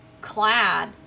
clad